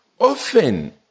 Often